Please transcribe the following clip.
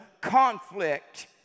conflict